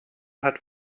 hat